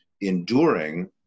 enduring